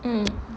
um